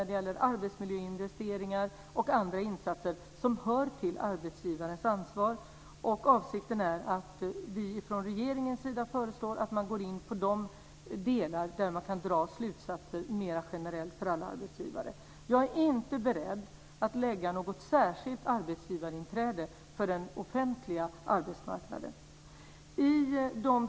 Det gäller arbetsmiljöinvesteringar och andra insatser som hör till arbetsgivarens ansvar. Avsikten är att vi från regeringens sida ska föreslå att man ska gå in i de delar där man kan dra slutsatser mera generellt för alla arbetsgivare. Jag är inte beredd att lägga fram förslag om något särskilt arbetsgivarinträde för den offentliga arbetsmarknaden.